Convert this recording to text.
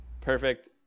perfect